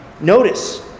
Notice